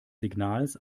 signals